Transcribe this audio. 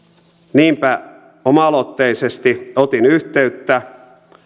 niinpä oma aloitteisesti otin yhteyttä